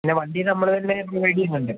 പിന്നെ വണ്ടി നമ്മൾ തന്നെ ഡ്രൈവ് ചെയ്യുകയും വേണ്ടേ